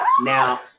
Now